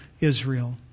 Israel